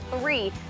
three